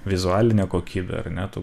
vizualinę kokybę ar ne tų